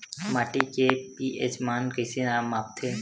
माटी के पी.एच मान कइसे मापथे?